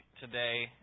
today